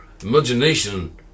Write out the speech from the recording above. imagination